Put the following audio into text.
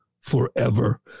forever